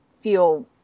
feel